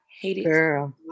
hated